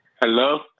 Hello